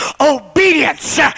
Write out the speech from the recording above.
obedience